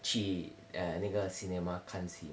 去那个 cinema 看戏嘛